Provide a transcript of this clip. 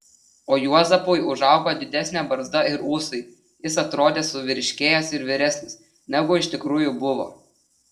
o juozapui užaugo didesnė barzda ir ūsai jis atrodė suvyriškėjęs ir vyresnis negu iš tikrųjų buvo